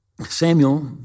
Samuel